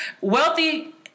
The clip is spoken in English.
wealthy